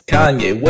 Kanye